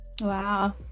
Wow